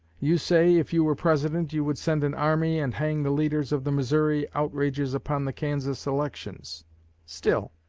you say, if you were president you would send an army and hang the leaders of the missouri outrages upon the kansas elections still,